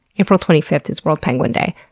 april twenty fifth is world penguin day.